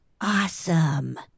Awesome